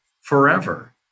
forever